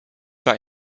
par